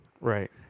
Right